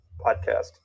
Podcast